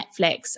Netflix